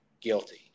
guilty